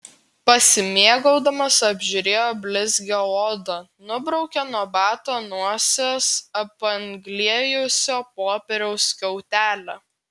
pasimėgaudamas apžiūrėjo blizgią odą nubraukė nuo bato nosies apanglėjusio popieriaus skiautelę